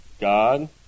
God